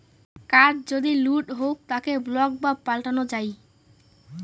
card যদি লুট হউক তাকে ব্লক বা পাল্টানো যাই